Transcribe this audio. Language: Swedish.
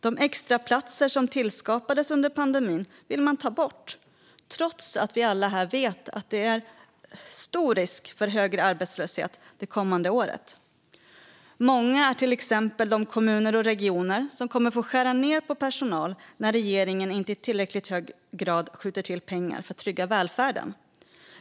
De extraplatser som skapades under pandemin vill man ta bort, trots att alla här inne vet att det är stor risk för högre arbetslöshet det kommande året. Många är till exempel de kommuner och regioner som kommer att få skära ned på personal när regeringen inte i tillräckligt hög grad skjuter till pengar för att trygga välfärden.